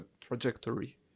trajectory